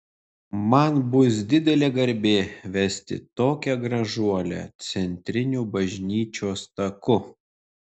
man bus didelė garbė vesti tokią gražuolę centriniu bažnyčios taku